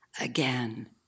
again